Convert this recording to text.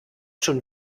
schon